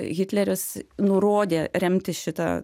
hitleris nurodė remti šitą